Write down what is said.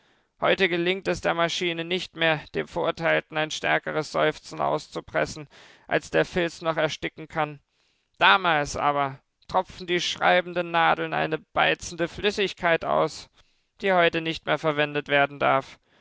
heute gelingt es der maschine nicht mehr dem verurteilten ein stärkeres seufzen auszupressen als der filz noch ersticken kann damals aber tropften die schreibenden nadeln eine beizende flüssigkeit aus die heute nicht mehr verwendet werden darf